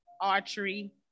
Archery